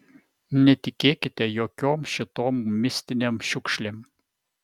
netikėkite jokiom šitom mistinėm šiukšlėm